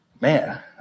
Man